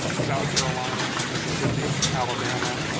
south carolina, mississippi, alabama,